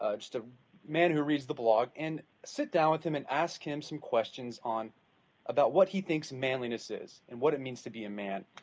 ah man who reads the blog, and sit down with him and ask him some questions on about what he thinks manliness is and what it means to be a man,